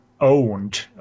owned